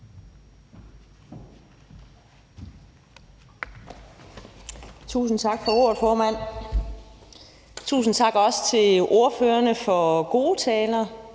Tusind tak for ordet, formand. Også tusind tak til ordførerne for gode taler,